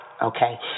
Okay